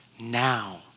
Now